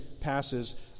passes